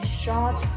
short